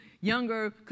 younger